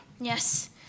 Yes